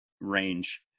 range